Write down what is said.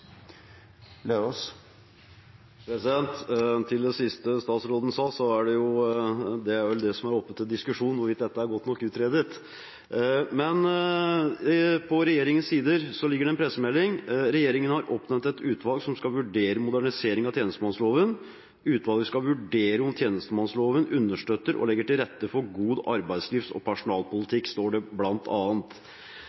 replikkordskifte. Til det siste statsråden sa: Det er vel det som er oppe til diskusjon, hvorvidt dette er godt nok utredet. Men på regjeringens sider ligger det en pressemelding, der det bl.a. står: «Regjeringen har oppnevnt et utvalg som skal vurdere modernisering av tjenestemannsloven. Utvalget skal vurdere om tjenestemannsloven understøtter og legger til rette for god arbeidslivs- og personalpolitikk». Så spørsmålet er ganske enkelt: Hvorfor mener statsråden at det